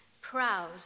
proud